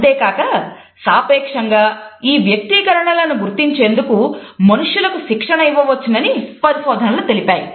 అంతేకాక సాపేక్షంగా ఈ వ్యక్తీకరణలను గుర్తించేందుకు మనుషులకు శిక్షణ ఇవ్వచ్చునని పరిశోధనలు తెలిపాయి